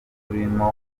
burimo